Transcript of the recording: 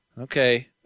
Okay